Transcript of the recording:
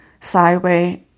sideways